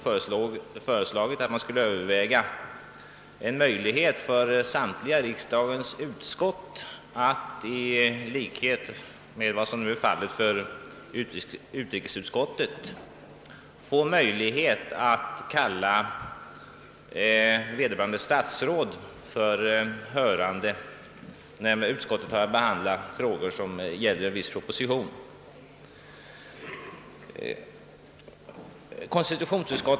Först och främst har jag föreslagit att samtliga riksdagens utskott skulle få möjlighet att — såsom nu är fallet med utrikesutskottet — kalla vederbörande statsråd för hörande, när utskott har att behandla frågor som gäller en viss proposition.